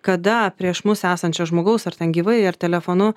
kada prieš mus esančio žmogaus ar ten gyvai ar telefonu